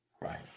right